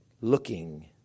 looking